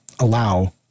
allow